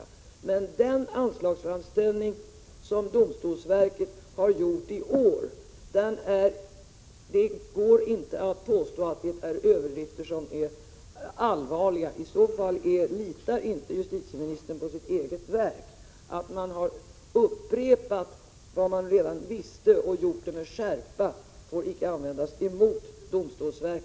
Men det går inte att påstå att den anslagsframställning som domstolsverket har gjort i år innehåller överdrifter som är allvarliga. I så fall litar inte justitieministern på sitt eget verk. Att verket har upprepat vad vi redan visste, och gjort det med skärpa, får icke användas emot domstolsverket.